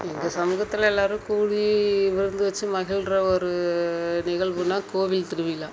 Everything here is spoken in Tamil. எங்கள் சமூகத்தில் எல்லாரும் கூடி விருந்து வச்சு மகிழ்கிற ஒரு நிகழ்வுன்னா கோவில் திருவிழா